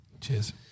Cheers